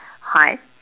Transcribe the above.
hard